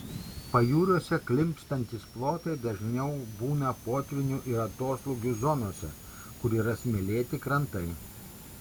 pajūriuose klimpstantys plotai dažniau būna potvynių ir atoslūgių zonose kur yra smėlėti krantai